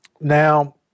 Now